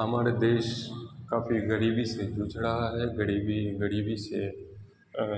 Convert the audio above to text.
ہمارے دیس کافی غریبی سے جھوجھ رہا ہے غریبی غریبی سے